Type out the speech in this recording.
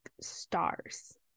stars